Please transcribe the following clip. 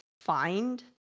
find